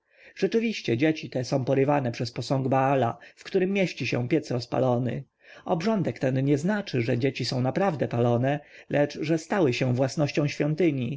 rzeczywiście dzieci te są porywane przez posąg baala w którym mieści się piec rozpalony obrządek ten nie znaczy że dzieci są naprawdę palone lecz że stały się własnością świątyni